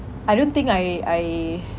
I don't think I I